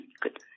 good